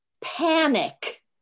panic